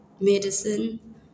medicine